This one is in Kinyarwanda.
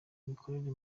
imikorere